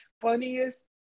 funniest